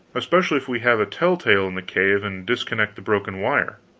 especially if we have a tell-tale in the cave and disconnect the broken wire.